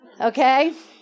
Okay